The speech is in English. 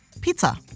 pizza